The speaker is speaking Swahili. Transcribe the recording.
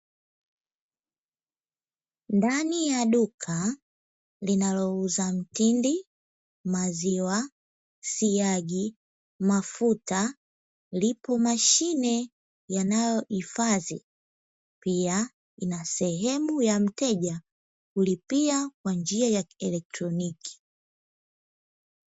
Ndani ya duka linalouza mtindi, maziwa, siagi, mafuta. Lipo mashine yanayohifadhi pia ina sehemu ya mteja kulipia kwa njia ya kielektroniki.